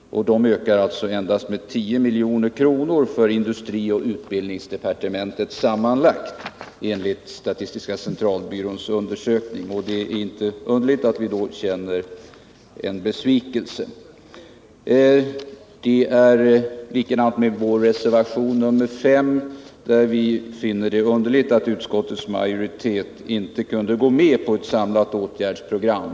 De ökar alltså endast med 10 milj.kr. för industrioch utbildningsdepartementen sammanlagt enligt statistiska centralbyråns undersökning. Det är inte underligt att vi då känner besvikelse. Beträffande vår reservation nr5 finner vi det underligt att utskottets majoritet inte kunde gå med på ett samlat åtgärdsprogram.